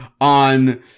on